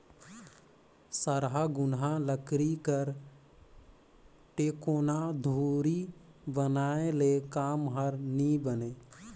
सरहा घुनहा लकरी कर टेकोना धूरी बनाए ले काम हर नी बने